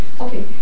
okay